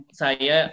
saya